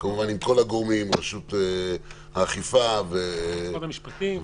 כמובן עם כל הגורמים: רשות האכיפה --- משרד המשפטים,